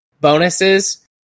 bonuses